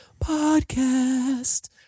Podcast